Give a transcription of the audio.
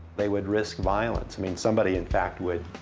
they would risk violence, i mean, somebody in fact would.